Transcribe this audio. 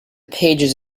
pages